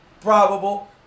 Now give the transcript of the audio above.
probable